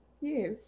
Yes